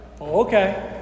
Okay